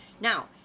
now